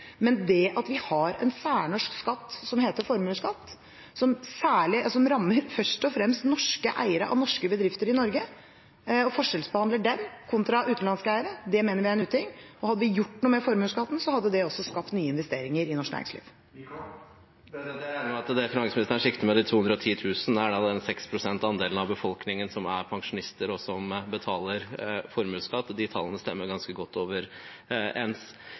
men det at vi har en særnorsk skatt som heter formuesskatt, som rammer først og fremst norske eiere av norske bedrifter i Norge og forskjellsbehandler dem kontra utenlandske eiere, det mener vi er en uting. Hadde vi gjort noe med formuesskatten, hadde det også skapt nye investeringer i norsk næringsliv. Jeg regner med at det finansministeren sikter til med de 210 000, er den 6 pst. andelen av befolkningen som er pensjonister og som betaler formuesskatt. De tallene stemmer ganske godt